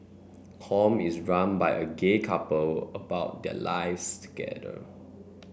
com is run by a gay couple about their lives together